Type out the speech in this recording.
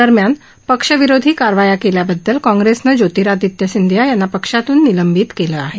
दरम्यान पक्षविरोधी कारवाया केल्याबददल काँग्रेसनं ज्योतिरादित्य शिंदे यांना पक्षातून निलंबित केलं आहे